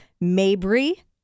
mabry